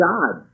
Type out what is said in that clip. God